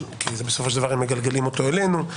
כי בסופו של דבר הם מגלגלים אותו אלינו,